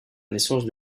naissance